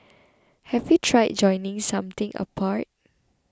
have you tried joining something apart